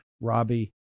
Robbie